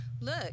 look